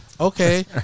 Okay